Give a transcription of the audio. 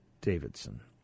Davidson